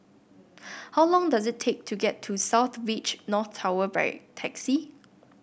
how long does it take to get to South Beach North Tower by taxi